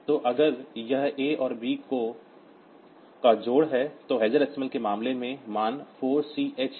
तो अगर यह A और B का जोड़ है तो हेक्साडेसिमल के मामले में मान 4 C h है